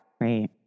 Right